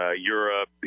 Europe